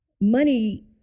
money